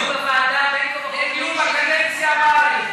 בוועדה בין כה וכה, יהיה דיון בקדנציה הבאה.